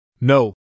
No